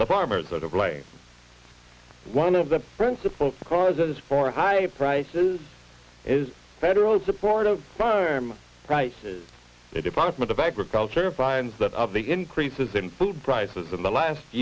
the farmers are to blame for one of the principal causes for high prices is federal support of farm prices the department of agriculture finds that of the increases in food prices in the last